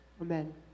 Amen